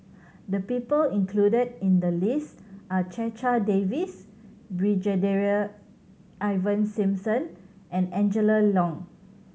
the people included in the list are Checha Davies Brigadier Ivan Simson and Angela Liong